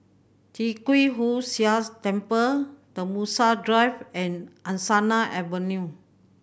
Tee Kwee Hood Sia Temple Tembusu Drive and Angsana Avenue